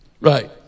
Right